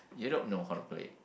you don't know how to play